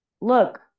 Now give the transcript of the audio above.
look